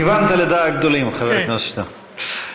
כיוונת לדעת גדולים, חבר הכנסת שטרן.